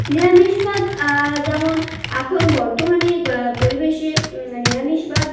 নিরামিষবাদ যেমন এখন বর্তমানে পরিবেশে নিরামিষবাদ